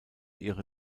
ihre